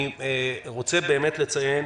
אני רוצה באמת לציין,